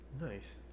nice